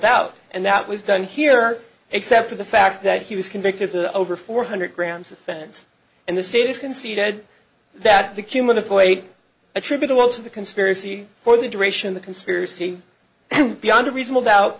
doubt and that was done here except for the fact that he was convicted to over four hundred grams offense and the state is conceded that the cumin of the weight attributable to the conspiracy for the duration the conspiracy beyond a reasonable doubt